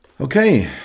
Okay